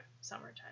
summertime